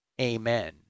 Amen